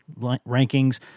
rankings